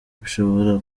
bishobora